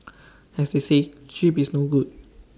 as they say cheap is no good